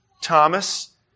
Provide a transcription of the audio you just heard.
Thomas